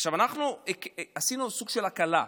עכשיו, אנחנו עשינו סוג של הקלה.